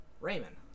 Raymond